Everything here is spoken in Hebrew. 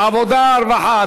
העבודה והרווחה,